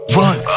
run